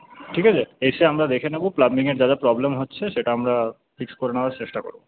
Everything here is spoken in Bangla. ঠিক আছে এসে আমরা দেখে নেব প্লাম্বিংয়ে যা যা প্রবলেম হচ্ছে সেটা আমরা ফিক্স করে নেওয়ার চেষ্টা করব